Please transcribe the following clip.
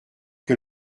que